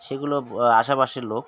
সেগুলো আশেপাশের লোক